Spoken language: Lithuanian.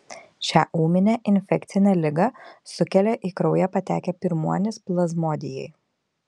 šią ūminę infekcinę ligą sukelia į kraują patekę pirmuonys plazmodijai